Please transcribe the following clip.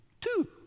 Two